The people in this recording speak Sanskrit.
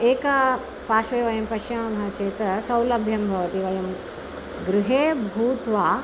एका पाशे वयं पश्यामः चेत् सौलभ्यं भवति वयं गृहे भूत्वा